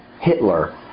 Hitler